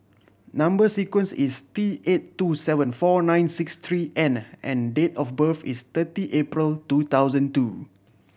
number sequence is T eight two seven four nine six three N and date of birth is thirty April two thousand two